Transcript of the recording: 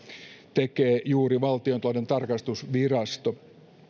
tekee juuri valtiontalouden tarkastusvirasto